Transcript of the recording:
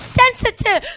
sensitive